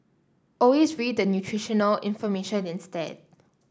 always read the nutritional information instead